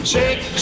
Shake